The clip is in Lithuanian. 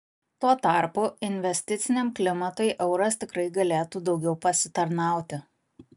tuo tarpu investiciniam klimatui euras tikrai galėtų daugiau pasitarnauti